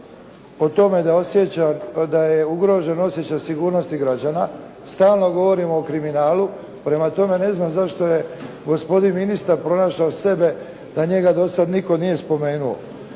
o tome da je ugrožen osjećaj sigurnosti građana, stalno govorimo o kriminalu, prema tome ne znam zašto je gospodin ministar pronašao sebe da njega do sad nitko nije spomenuo.